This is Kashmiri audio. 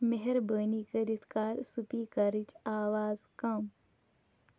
مٮ۪ہربٲنی کٔرِتھ کَر سٕپیٖکرٕچ آواز کم